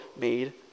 made